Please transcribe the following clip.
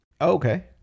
okay